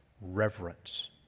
reverence